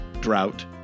drought